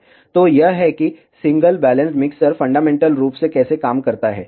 तो यह है कि सिंगल बैलेंस्ड मिक्सर फंडामेंटल रूप से कैसे काम करता है